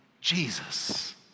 Jesus